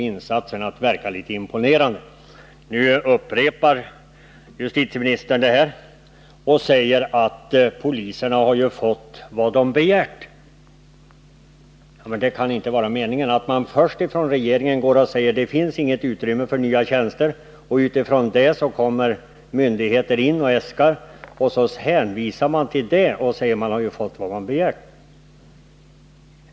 Justitieministern upprepar nu detta och säger att polisen har fått vad man begärt. Först säger regeringen att det inte finns något utrymme för nya tjänster, och utifrån det gör myndigheterna sina äskanden. Och så hänvisar regeringen till det och säger att myndigheterna har fått vad de begärt!